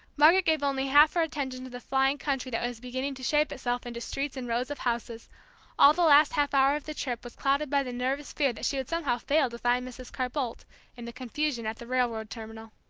margaret gave only half her attention to the flying country that was beginning to shape itself into streets and rows of houses all the last half hour of the trip was clouded by the nervous fear that she would somehow fail to find mrs. carr-boldt in the confusion at the railroad terminal.